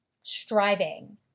Striving